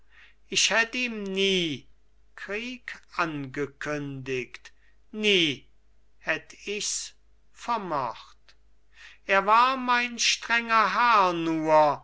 ich hätt ihm nie krieg angekündigt nie hätt ichs vermocht er war mein strenger herr